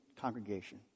congregation